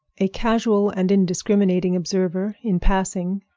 a casual and indiscriminating observer, in passing,